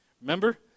Remember